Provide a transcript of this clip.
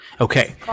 Okay